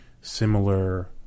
similar